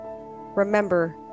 remember